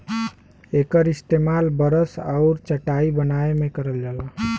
एकर इस्तेमाल बरस आउर चटाई बनाए में करल जाला